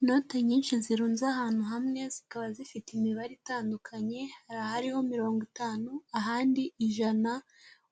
Inoti nyinshi zirunze ahantu hamwe, zikaba zifite imibare itandukanye, hari ahariho mirongo itanu ahandi ijana.